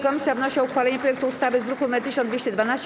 Komisja wnosi o uchwalenie projektu ustawy z druku nr 1212.